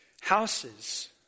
houses